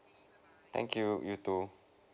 thank you you too